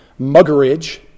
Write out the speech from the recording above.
Muggeridge